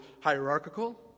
hierarchical